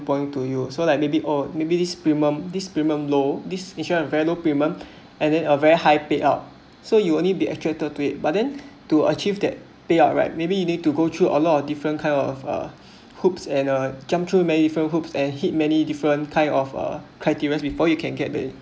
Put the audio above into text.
point to you so like maybe oh maybe this premium these premium low this insurance are very low premium and then a very high pay out so you only be attracted to it but then to achieve that pay out right maybe you need to go through a lot of different kind of uh hoops and a jump through many different hoops and hit many different kind of uh criteria before you can get there